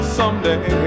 someday